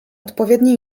odpowiednie